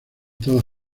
todas